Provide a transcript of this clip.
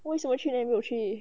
为什么去年没有去